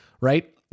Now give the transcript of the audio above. right